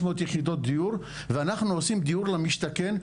יחידות דיור ואנחנו עושים דיור למשתכן.